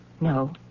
No